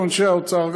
עם אנשי האוצר,